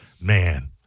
man